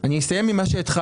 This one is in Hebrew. אני אסיים עם מה שהתחלתי.